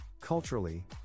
culturally